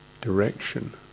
direction